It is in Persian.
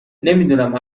نمیدونم